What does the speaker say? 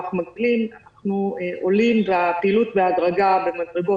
אנחנו עולים בפעילות בהדרגה במדרגות,